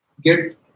get